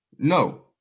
No